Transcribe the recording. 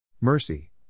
Mercy